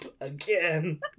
again